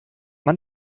man